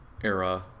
era